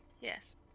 Yes